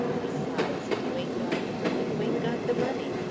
besides, if you ain't got the money, you ain't got the money.